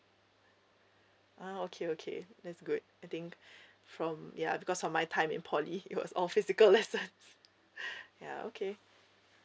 uh okay okay that's good I think from ya because of my time in poly it was all physical lessons ya okay